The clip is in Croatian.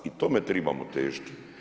I tome trebamo težiti.